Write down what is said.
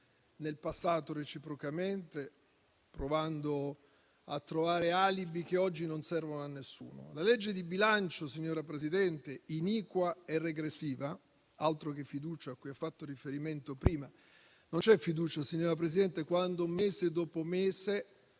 nel passato reciprocamente, provando a trovare alibi che oggi non servono a nessuno. Il disegno di legge di bilancio, signora Presidente, è iniquo e regressivo. Altro che fiducia a cui ha fatto riferimento prima: non c'è fiducia, signora Presidente, quando, mese dopo mese